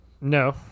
No